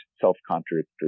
self-contradictory